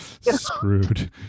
screwed